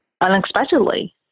unexpectedly